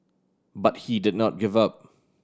but he did not give up